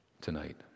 tonight